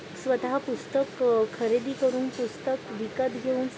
स्वतः पुस्तक खरेदी करून पुस्तक विकत घेऊन